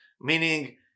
meaning